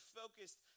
focused